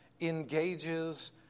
engages